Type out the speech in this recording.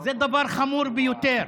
זה דבר חמור ביותר.